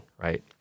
right